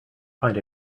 find